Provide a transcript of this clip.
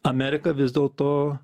amerika vis dėl to